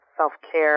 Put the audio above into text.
self-care